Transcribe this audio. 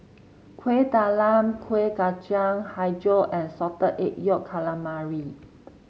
Kuih Talam Kueh Kacang hijau and Salted Egg Yolk Calamari